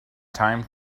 time